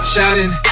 Shining